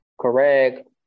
correct